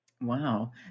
Wow